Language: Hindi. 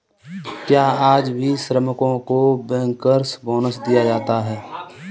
क्या आज भी श्रमिकों को बैंकर्स बोनस दिया जाता है?